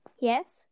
Yes